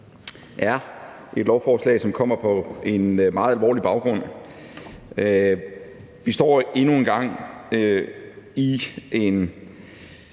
er et lovforslag, som kommer på en meget alvorlig baggrund. Vi står endnu en gang i en